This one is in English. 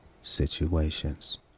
situations